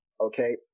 Okay